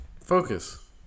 focus